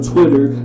Twitter